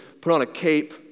put-on-a-cape